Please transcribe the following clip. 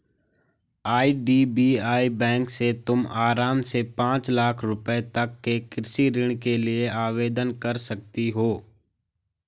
IDBI bank से तुम आराम से पाँच लाख रुपयों तक के कृषि ऋण के लिए आवेदन कर सकती हो